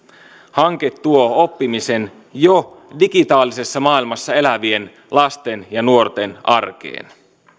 hanke tuo oppimisen jo digitaalisessa maailmassa elävien lasten ja nuorten arkeen